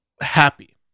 happy